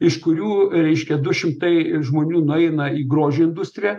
iš kurių reiškia du šimtai žmonių nueina į grožio industriją